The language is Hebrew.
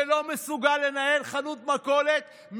שלא מסוגל לנהל חנות מכולת,